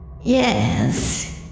Yes